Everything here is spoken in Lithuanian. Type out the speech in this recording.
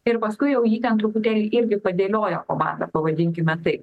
ir paskui jau jį ten truputėlį irgi padėliojo komanda pavadinkime taip